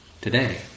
today